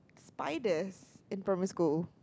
spiders in primary school